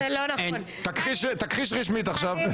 תכחיש רשמית עכשיו?